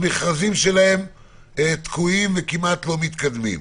המכרזים שלהם תקועים וכמעט לא מתקדמים.